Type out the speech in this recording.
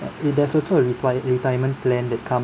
it there's also a retire retirement plan that comes